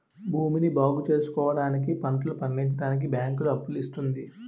భూమిని బాగుచేసుకోవడానికి, పంటలు పండించడానికి బ్యాంకులు అప్పులు ఇస్తుంది